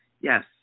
yes